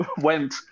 Went